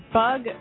bug